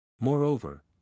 Moreover